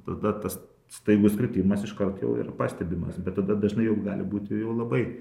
tada tas staigus kritimas iškart jau ir pastebimas bet tada dažnai jau gali būti jau labai